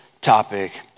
topic